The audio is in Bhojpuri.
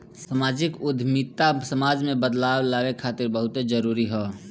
सामाजिक उद्यमिता समाज में बदलाव लावे खातिर बहुते जरूरी ह